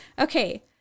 Okay